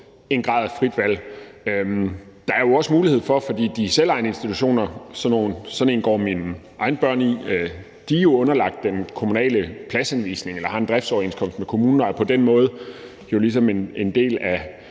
en grad af frit valg. De selvejende institutioner, sådan en går mine egne børn i, er underlagt den kommunale pladshenvisning eller har en driftsoverenskomst med kommunen og er på den måde ligesom en del af